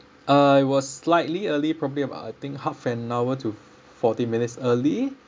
I was slightly early probably about I think half an hour to forty minutes early